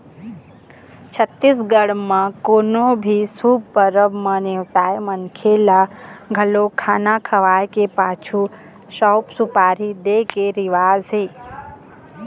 छत्तीसगढ़ म कोनो भी शुभ परब म नेवताए मनखे ल घलोक खाना खवाए के पाछू सउफ, सुपारी दे के रिवाज हे